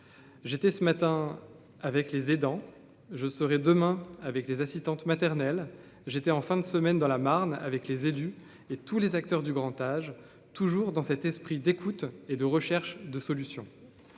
j'étais ce matin avec les aidants, je serai demain avec les assistantes maternelles, j'étais en fin de semaine dans la Marne, avec les élus et tous les acteurs du grand âge, toujours dans cet esprit d'écoute et de recherche de solutions